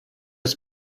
sie